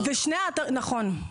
נכון.